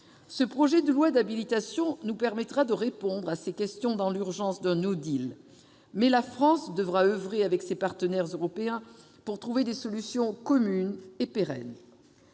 Ce projet de loi d'habilitation nous permettra de répondre à ces questions dans l'urgence d'un. Mais la France devra oeuvrer avec ses partenaires européens pour trouver des solutions communes et pérennes.